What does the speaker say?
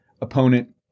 opponent